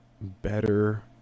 better